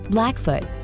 Blackfoot